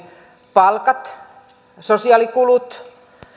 palkat sosiaalikulut